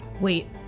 Wait